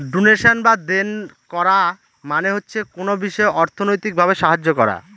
donation বা দেন করা মানে হচ্ছে কোনো বিষয়ে অর্থনৈতিক ভাবে সাহায্য করা